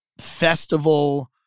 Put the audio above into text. festival